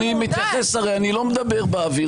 אני לא מדבר באוויר,